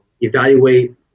Evaluate